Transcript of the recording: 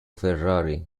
ferrari